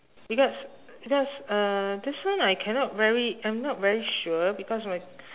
because because uh this one I cannot very I'm not very sure because my